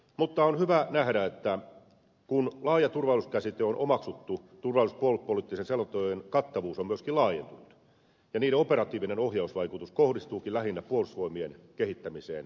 mutta on hyvä nähdä että kun laaja turvallisuuskäsite on omaksuttu turvallisuus ja puolustuspoliittisten selontekojen kattavuus on myöskin laajentunut ja niiden operatiivinen ohjausvaikutus kohdistuukin lähinnä puolustusvoimien kehittämiseen